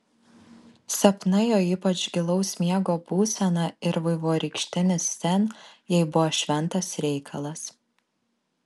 sapnai o ypač gilaus miego būsena ir vaivorykštinis ten jai buvo šventas reikalas